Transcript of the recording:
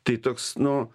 tai toks nu